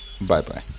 Bye-bye